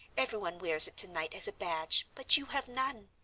everyone wears it tonight as a badge, but you have none.